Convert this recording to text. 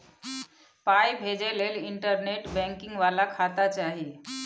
पाय भेजय लए इंटरनेट बैंकिंग बला खाता चाही